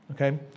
Okay